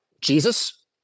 Jesus